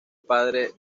padre